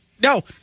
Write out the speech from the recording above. No